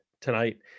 tonight